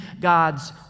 God's